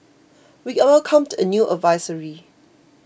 we welcomed the new advisory